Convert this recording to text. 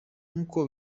nk’uko